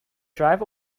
drive